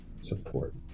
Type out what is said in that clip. Support